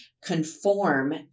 conform